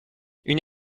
une